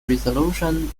resolution